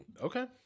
okay